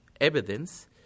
evidence